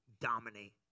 dominate